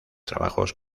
trabajos